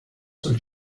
sul